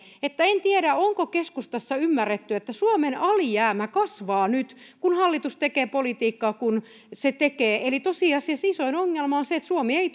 että en tiedä onko keskustassa ymmärretty että suomen alijäämä kasvaa nyt kun hallitus tekee politiikkaa niin kuin se tekee eli tosiasiassa isoin ongelma on se että suomi ei